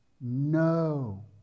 No